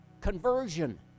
conversion